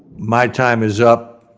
my time is up.